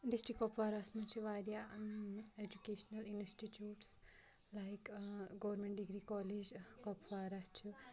district کُپواراہَس منٛز چھِ واریاہ educational institutes like government degree college Kupwara چھِ